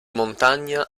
montagna